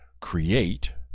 create